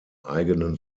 eigenen